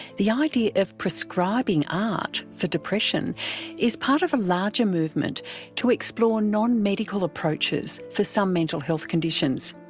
the idea of prescribing art for depression is part of a larger movement to explore non-medical approaches for some mental health conditions.